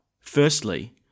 Firstly